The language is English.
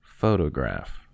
Photograph